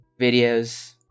videos